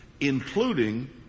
including